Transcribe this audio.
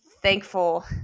thankful